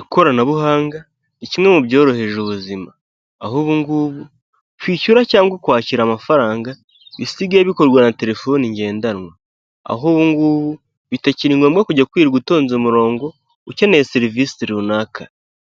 Ikoranabuhanga ni kimwe mu byoroheje ubuzima, aho ubungubu kwishyura cyangwa kwakira amafaranga bisigaye bikorwa na telefoni ngendanwa, aho ubungubu bitakiri ngombwa kujya kwirirwa utonze umurongo ukeneye serivisi runaka,